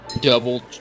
double